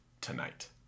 tonight